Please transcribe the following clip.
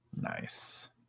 Nice